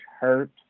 hurt